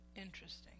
Interesting